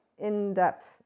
in-depth